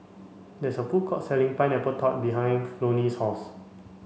there is a food court selling pineapple tart behind Flonnie's house